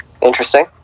interesting